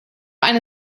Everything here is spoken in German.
eine